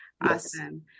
Awesome